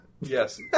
Yes